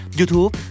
YouTube